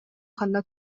ханна